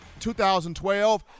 2012